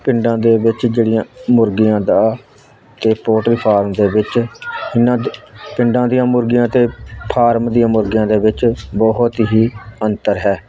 ਪਿੰਡਾਂ ਦੇ ਵਿੱਚ ਜਿਹੜੀਆਂ ਮੁਰਗੀਆਂ ਦਾ ਅਤੇ ਪੋਲਟਰੀ ਫਾਰਮ ਦੇ ਵਿੱਚ ਇਹਨਾਂ ਦ ਪਿੰਡਾਂ ਦੀਆਂ ਮੁਰਗੀਆਂ ਤੇ ਫਾਰਮ ਦੀਆਂ ਮੁਰਗੀਆਂ ਦੇ ਵਿੱਚ ਬਹੁਤ ਹੀ ਅੰਤਰ ਹੈ